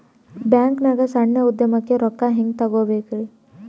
ಬ್ಯಾಂಕ್ನಾಗ ಸಣ್ಣ ಉದ್ಯಮಕ್ಕೆ ರೊಕ್ಕ ಹೆಂಗೆ ತಗೋಬೇಕ್ರಿ?